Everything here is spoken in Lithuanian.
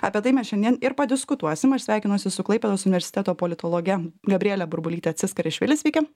apie tai mes šiandien ir padiskutuosim aš sveikinuosi su klaipėdos universiteto politologe gabriele burbulyte tsiskarišvili sveiki